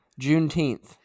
Juneteenth